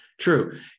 True